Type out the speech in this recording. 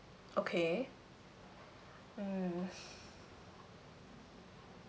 okay mm